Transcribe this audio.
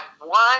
one